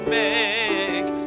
make